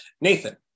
Nathan